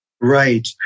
Right